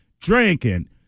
drinking